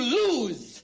lose